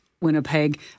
Winnipeg